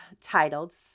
titled